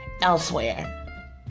elsewhere